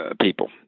people